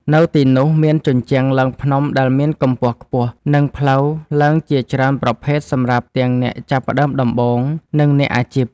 នៅទីនោះមានជញ្ជាំងឡើងភ្នំដែលមានកម្ពស់ខ្ពស់ និងផ្លូវឡើងជាច្រើនប្រភេទសម្រាប់ទាំងអ្នកចាប់ផ្ដើមដំបូង និងអ្នកអាជីព។